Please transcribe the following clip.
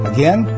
Again